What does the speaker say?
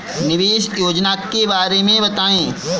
निवेश योजना के बारे में बताएँ?